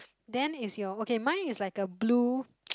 then is your okay mine is like a blue